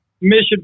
mission